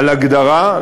הגדרה,